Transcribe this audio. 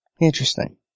Interesting